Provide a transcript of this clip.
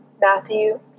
Matthew